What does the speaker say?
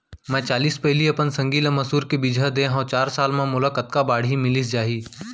मैं चालीस पैली अपन संगी ल मसूर के बीजहा दे हव चार साल म मोला कतका बाड़ही मिलिस जाही?